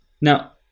Now